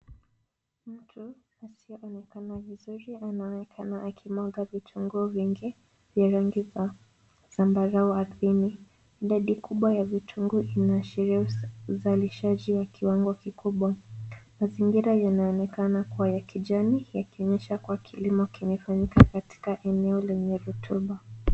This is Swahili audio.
Mtu asiyeonekana vizuri, anaonekana akimwaga vitunguu vingi vya rangi za sambarau ardhini. Idadi kubwa ya vitunguu inaashiria uzalishaji wa kiwango kikubwa. Mazingira yanaonekana kuwa ya kijani ya kionyesha kwa kilimo kimefanyika katika eneo lenye rutuba.